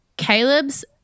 Caleb's